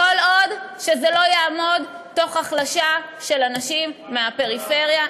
כל עוד זה לא יעמוד תוך החלשה של אנשים מהפריפריה.